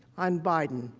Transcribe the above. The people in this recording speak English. on biden.